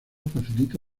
facilita